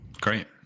great